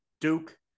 Duke